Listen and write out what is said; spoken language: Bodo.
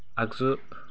आगजु